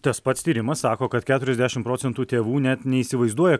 tas pats tyrimas sako kad keturiasdešim procentų tėvų net neįsivaizduoja